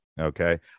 okay